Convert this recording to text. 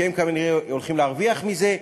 כי הם כנראה הולכים להרוויח מזה,